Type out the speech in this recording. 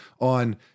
on